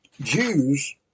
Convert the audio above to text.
Jews